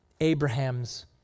Abraham's